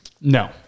no